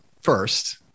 first